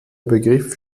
begriff